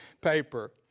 paper